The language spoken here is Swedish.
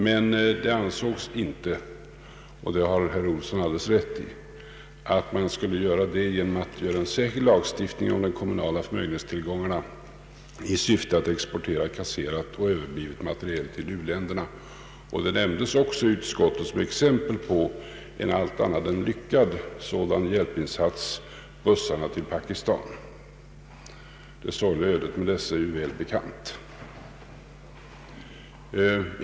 Men det ansågs inte — det har herr Erik Olsson alldeles rätt i — att man skulle göra det genom en särskild lagstiftning om de kommunala förmögenhetstillgångarna i syfte att exportera kasserad och överbliven materiel till u-länderna. I utskottet nämndes också som exempel på en allt annat än lyckad sådan hjälpinsats bussarna till Pakistan. Deras sorgliga öde är ju väl bekant.